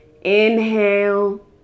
inhale